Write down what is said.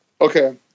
okay